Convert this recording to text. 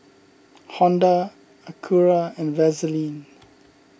Honda Acura and Vaseline